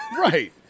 Right